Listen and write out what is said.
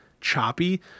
choppy